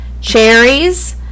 cherries